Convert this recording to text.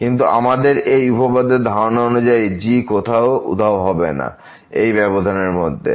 কিন্তু আমাদের এই উপপাদ্যের ধারণা অনুযায়ী g কোথাও উধাও হবে না এই ব্যবধান এর মধ্যে